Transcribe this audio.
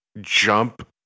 jump